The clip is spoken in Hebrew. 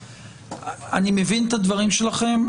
אני מבין את הדברים שלכם,